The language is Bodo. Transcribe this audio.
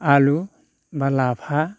आलु एबा लाफा